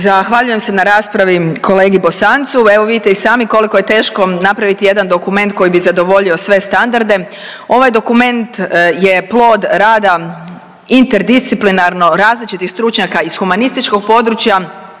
Zahvaljujem se na raspravi kolegi Bosancu. Evo vidite i sami koliko je teško napraviti jedan dokument koji bi zadovoljio sve standarde. Ovaj dokument je plod rada interdisciplinarno različitih stručnjaka iz humanističkog područja,